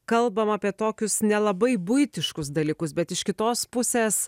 kalbam apie tokius nelabai buitiškus dalykus bet iš kitos pusės